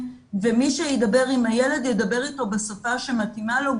ומי שידבר עם הילד ידבר איתו בשפה שמתאימה לו,